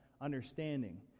understanding